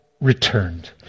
returned